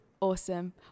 Awesome